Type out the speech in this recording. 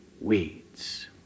weeds